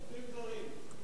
עובדים זרים.